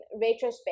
retrospect